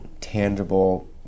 tangible